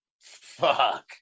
fuck